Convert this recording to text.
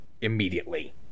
immediately